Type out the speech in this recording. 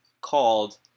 called